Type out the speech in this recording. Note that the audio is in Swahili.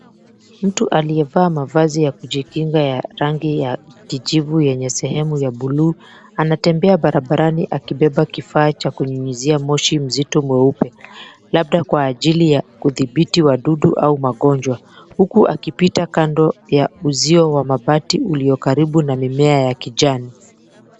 Mtu aliyevaa mavazi ya kujikinga ya rangi ya kijivu yenye sehemu ya buluu, anatembea barabarani akibeba kifaa cha kunyunyizia moshi mzito mweupe, labda kwa ajili ya kudhibiti wadudu au magonjwa, huku akipita kando ya uzio wa mabati ulio karibu na mimea ya kijani.